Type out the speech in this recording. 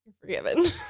forgiven